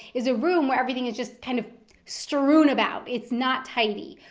is a room where everything is just kind of strewn about. it's not tidy.